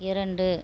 இரண்டு